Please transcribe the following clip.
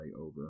over